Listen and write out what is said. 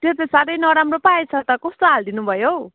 त्यो त साह्रै नराम्रो पो आएछ त कस्तो हालिदिनु भयो हौ